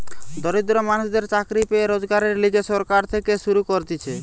দরিদ্র মানুষদের চাকরি পেয়ে রোজগারের লিগে সরকার থেকে শুরু করতিছে